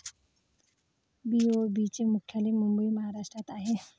BOB चे मुख्यालय मुंबई महाराष्ट्रात आहे